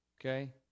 Okay